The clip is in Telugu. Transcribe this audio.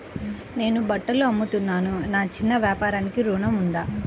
నేను బట్టలు అమ్ముతున్నాను, నా చిన్న వ్యాపారానికి ఋణం ఉందా?